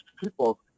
people